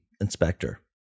inspector